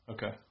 Okay